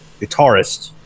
guitarist